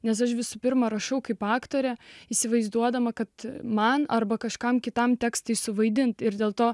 nes aš visų pirma rašiau kaip aktorė įsivaizduodama kad man arba kažkam kitam teks suvaidinti ir dėl to